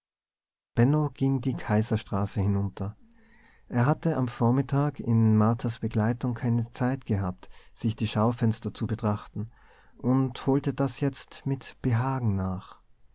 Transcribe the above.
ging die kaiserstraße hinunter er hatte am vormittag in marthas begleitung keine zeit gehabt sich die schaufenster zu betrachten und er holte das jetzt mit behagen nach